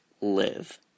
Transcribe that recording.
Live